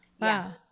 Wow